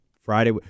Friday